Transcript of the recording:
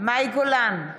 מאי גולן,